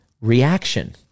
reaction